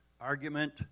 argument